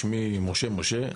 שמי משה משה,